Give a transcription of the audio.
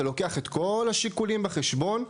ולוקח את כל השיקולים בחשבון,